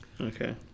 Okay